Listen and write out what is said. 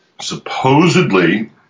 supposedly